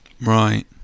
Right